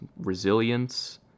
resilience